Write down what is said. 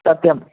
सत्यम्